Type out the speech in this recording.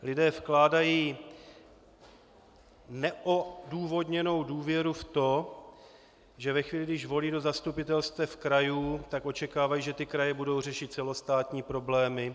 Lidé vkládají neodůvodněnou důvěru v to, že ve chvíli, když volí do zastupitelstev krajů, tak očekávají, že ty kraje budou řešit celostátní problémy.